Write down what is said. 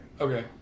Okay